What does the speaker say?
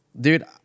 Dude